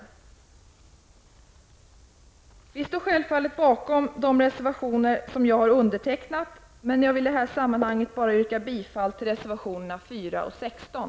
Vänsterpartiet står naturligtvis bakom de reservationer som jag har undertecknat. I detta sammanhang vill jag dock bara yrka bifall till reservation 4 och 16.